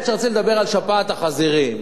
האמת, רציתי לדבר על שפעת החזירים,